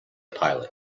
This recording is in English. pilot